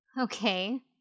Okay